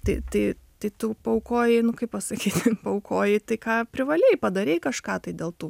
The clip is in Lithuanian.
tai tai tai tu paaukojai nu kaip pasakyti paaukojai tai ką privalėjai padarei kažką tai dėl tų